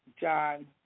John